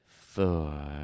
four